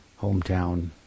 hometown